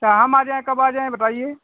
चा हम आ जाएँ कब आ जाऍं बताइए